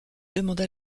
demanda